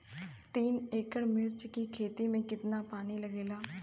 तीन एकड़ मिर्च की खेती में कितना पानी लागेला?